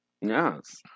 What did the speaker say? Yes